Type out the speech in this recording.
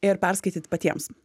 ir perskaityt patiems